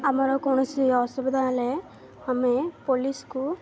ଆମର କୌଣସି ଅସୁବିଧା ହେଲେ ଆମେ ପୋଲିସ୍କୁ